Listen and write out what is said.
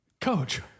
coach